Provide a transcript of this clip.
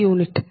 u